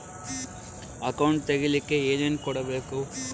Account ತೆಗಿಲಿಕ್ಕೆ ಏನೇನು ಕೊಡಬೇಕು?